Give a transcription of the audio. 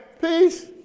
peace